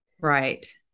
Right